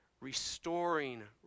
restoring